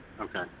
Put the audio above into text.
Okay